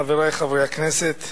חברי חברי הכנסת,